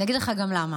אני אגיד לך גם למה.